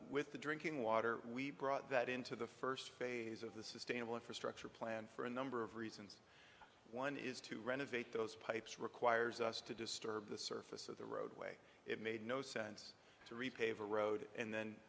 with the drinking water we brought that into the first phase of the sustainable infrastructure plan for a number of reasons one is to renovate those pipes requires us to disturb the surface of the roadway it made no sense to repave a road and then